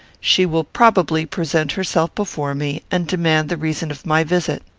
she will probably present herself before me, and demand the reason of my visit.